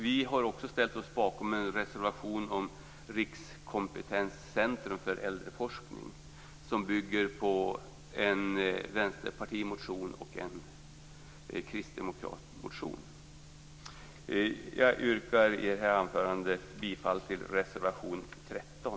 Vi har tillsammans med Vänsterpartiet skrivit en reservation om ett rikskompetenscentrum för äldreforskning som bygger på en motion från Jag yrkar bifall till reservation 13.